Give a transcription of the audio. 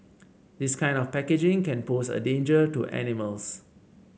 this kind of packaging can pose a danger to animals